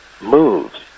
moves